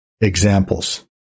examples